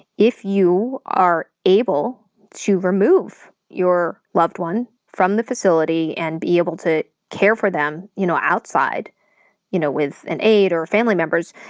if you are able to remove your loved one from the facility, and be able to care for them you know outside you know with an aide or family members,